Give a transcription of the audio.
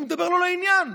הוא מדבר לא לעניין.